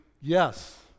Yes